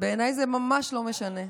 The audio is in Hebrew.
בעיניי זה ממש לא משנה.